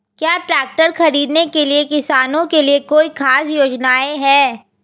क्या ट्रैक्टर खरीदने के लिए किसानों के लिए कोई ख़ास योजनाएं हैं?